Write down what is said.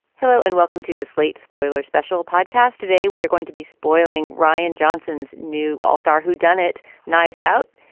hello and welcome to the slate spoiler special podcast. today, we are going to be spoiling ryan johnson's new all star whodunit knives out.